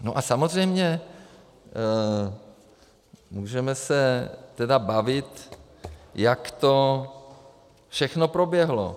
No a samozřejmě, můžeme se teda bavit, jak to všechno proběhlo.